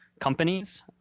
Companies